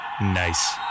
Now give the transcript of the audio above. Nice